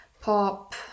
pop